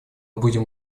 будем